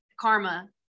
karma